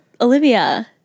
Olivia